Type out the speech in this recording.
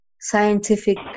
scientific